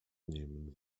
nehmen